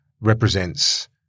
represents